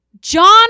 John